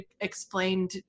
explained